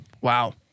Wow